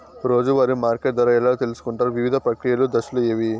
రోజూ వారి మార్కెట్ ధర ఎలా తెలుసుకొంటారు వివిధ ప్రక్రియలు దశలు ఏవి?